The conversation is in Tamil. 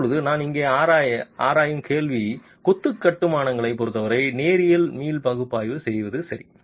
இப்போது நான் இங்கே ஆராயும் கேள்வி கொத்து கட்டுமானங்களைப் பொருத்தவரை நேரியல் மீள் பகுப்பாய்வு செய்வது சரி